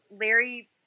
Larry